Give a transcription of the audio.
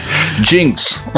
Jinx